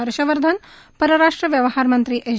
हर्षवर्धन परराष्ट्र व्यवहार मंत्री एस